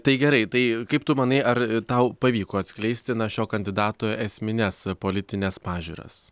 tai gerai tai kaip tu manai ar tau pavyko atskleisti šio kandidato esmines politines pažiūras